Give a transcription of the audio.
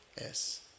Yes